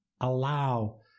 allow